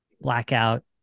blackout